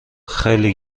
خیلی